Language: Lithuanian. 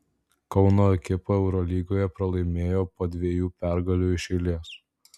kauno ekipa eurolygoje pralaimėjo po dviejų pergalių iš eilės